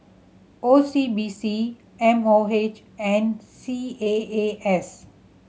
O C B C M O H and C A A S